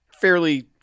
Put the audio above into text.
fairly